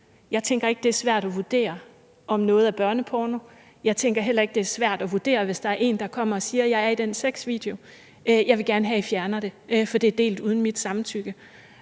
Jeg tænker ikke, at det er svært at vurdere, om noget er børneporno, og jeg tænker heller ikke, at det er svært at fortage en vurdering om det, hvis der en, der kommer og siger: Jeg er med i den sexvideo, og jeg vil gerne have, at I fjerner den, for den er delt uden mit samtykke.